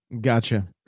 gotcha